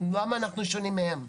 למה אנחנו שונים מהם?